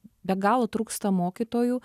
be galo trūksta mokytojų